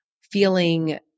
feeling